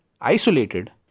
isolated